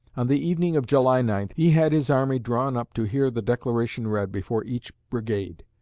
on the evening of july nine, he had his army drawn up to hear the declaration read before each brigade.